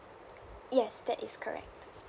yes that is correct